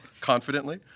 confidently